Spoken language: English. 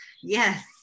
Yes